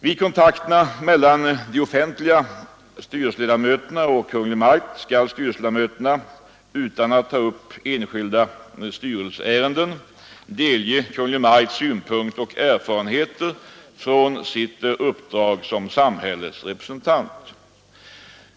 Vid kontakterna mellan de offentliga styrelseledamöterna och Kungl. Maj:t skall styrelseledamöterna — utan att ta upp enskilda styrelseärenden — delge Kungl. Maj:t synpunkter och erfarenheter från sitt uppdrag som samhällets representant.